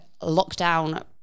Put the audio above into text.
lockdown